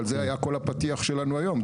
אבל זה היה כל הפתיח שלנו היום,